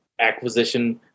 acquisition